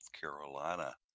Carolina